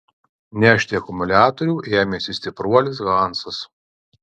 nešti akumuliatorių ėmėsi stipruolis hansas